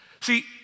See